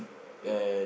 ya